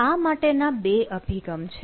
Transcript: આ માટેના બે અભિગમ છે